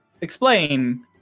explain